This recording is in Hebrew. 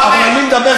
אבל אני מדבר,